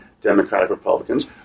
Democratic-Republicans